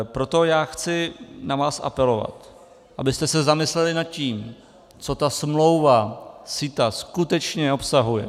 Proto chci na vás apelovat, abyste se zamysleli nad tím, co ta smlouva CETA skutečně obsahuje.